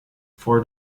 for